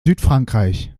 südfrankreich